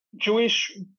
Jewish